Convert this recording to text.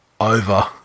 over